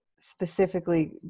specifically